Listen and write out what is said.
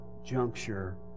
juncture